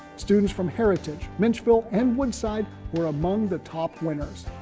students from heritage, menchville, and woodside were among the top winners.